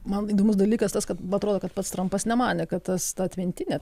man įdomus dalykas tas kad atrodo kad pats trampas nemanė kad tas ta atmintinė